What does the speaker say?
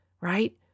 right